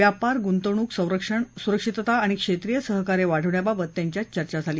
व्यापार गुंतवणूक संरक्षण सुरक्षितता आणि क्षेत्रिय सहकार्य वाढवण्याबाबत त्यांच्यात चर्चा झाली